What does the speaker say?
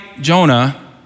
Jonah